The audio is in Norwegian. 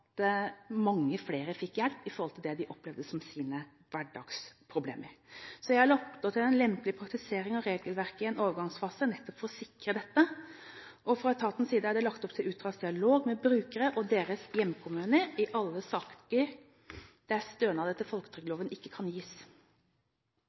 mange flere fikk hjelp med det de opplevde som sine hverdagsproblemer. Jeg har lagt opp til en lempelig praktisering av regelverket i en overgangsfase, nettopp for å sikre dette. Fra etatens side er det lagt opp til utstrakt dialog med brukerne og deres hjemkommuner i alle saker der